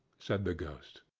said the ghost.